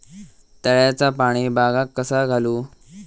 तळ्याचा पाणी बागाक कसा घालू?